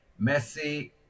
Messi